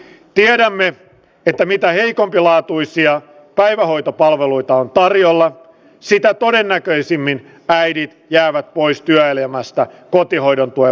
tiedämme että mitä heikompilaatuisia päivähoitopalveluita on tarjolla siitä todennäköisimmin äidit jäävät pois työelämästä kotihoidontuen